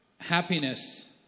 Happiness